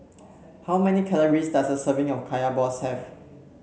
how many calories does a serving of Kaya Balls have